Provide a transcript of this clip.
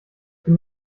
bin